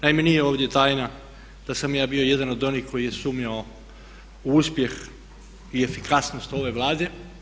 Naime, nije ovdje tajna da sam ja bio jedan od onih koji je sumnjao u uspjeh i efikasnost ove Vlade.